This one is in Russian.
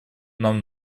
нам